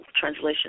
translation